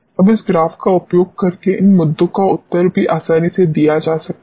अब इस ग्राफ का उपयोग करके इन मुद्दों का उत्तर भी आसानी से दिया जा सकता है